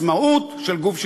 עצמאות של גוף שידור.